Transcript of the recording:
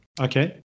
okay